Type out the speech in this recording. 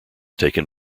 taken